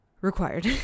required